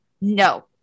No